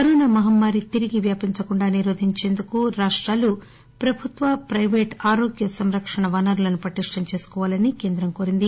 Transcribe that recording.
corona మహమ్మారి తిరిగి వ్యాపించకుండా నిరోధించేందుకు రాష్టాలు ప్రభుత్వ ప్రయిపేట్ ఆరోగ్య సంరక్షణ వనరులను పటిష్టం చేసుకోవాలని కేంద్రం కోరింది